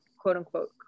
quote-unquote